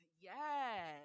yes